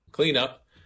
cleanup